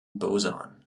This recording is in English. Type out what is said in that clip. boson